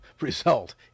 result